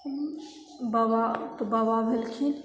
बाबाके बाबा भेलखिन